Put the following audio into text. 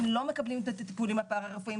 לא מקבלים את הטיפולים הפרה רפואיים,